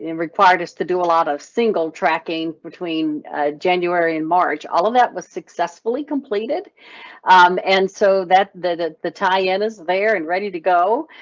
and required us to do a lot of single tracking between january and march. all of that was successfully completed and so that. the the tie-in is there and ready to go.